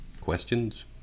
questions